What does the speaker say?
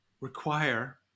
require